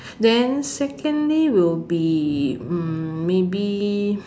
then secondly will be mm maybe